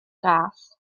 ras